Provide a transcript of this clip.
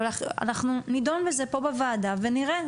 אנחנו נדון בזה פה, בוועדה, ונראה.